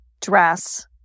dress